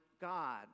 God